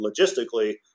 logistically